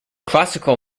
classical